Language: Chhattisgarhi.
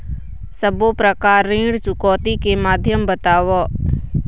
सब्बो प्रकार ऋण चुकौती के माध्यम बताव?